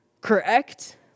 Correct